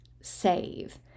Save